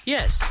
Yes